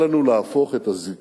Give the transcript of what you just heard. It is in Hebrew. אל לנו להפוך את הזיקה